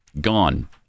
gone